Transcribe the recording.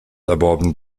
erworben